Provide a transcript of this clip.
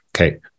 okay